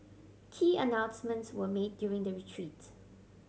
key announcements were made during the retreat